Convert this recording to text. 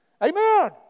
Amen